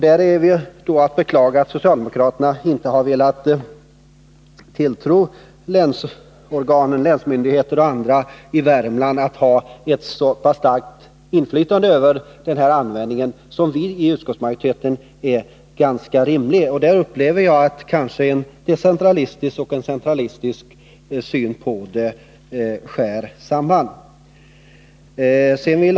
Det är att beklaga att socialdemokraterna inte har velat tilltro länsmyndigheter och andra i Värmland ett så pass starkt inflytande över användningen av dessa medel som vi i utskottsmajoriteten anser är ganska rimligt. Kanske är det en decentralistisk och en centralistisk syn som här skär mot varandra.